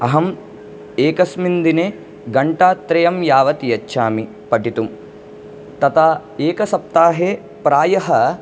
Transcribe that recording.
अहम् एकस्मिन् दिने घण्टात्रयं यावत् यच्छामि पठितुं तत एकसप्ताहे प्रायः